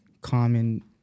common